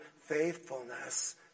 faithfulness